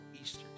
Easter